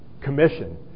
commission